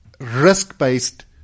Risk-based